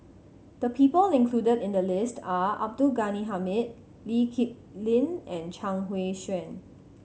the people included in the list are Abdul Ghani Hamid Lee Kip Lin and Chuang Hui Tsuan